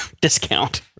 discount